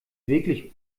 wirklich